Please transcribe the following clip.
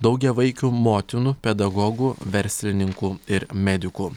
daugiavaikių motinų pedagogų verslininkų ir medikų